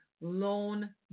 loan